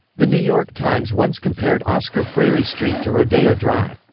the new york times once compared oscar freire street to rodeo drive.